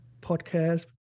podcast